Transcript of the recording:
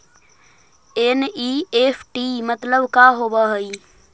NEFT मतलब का होब हई?